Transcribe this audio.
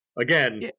Again